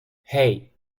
hey